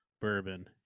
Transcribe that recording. bourbon